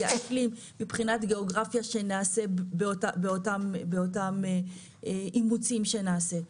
מבחינת גיאוגרפיה שנעשה באותם אימוצים שנעשה.